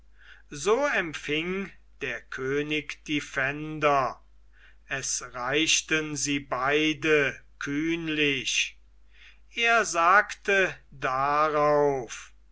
so empfing der könig die pfänder es reichten sie beide kühnlich er sagte darauf